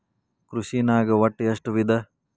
ಕೃಷಿನಾಗ್ ಒಟ್ಟ ಎಷ್ಟ ವಿಧ?